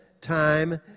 time